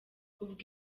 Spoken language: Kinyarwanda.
ubwo